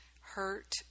hurt